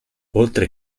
oltre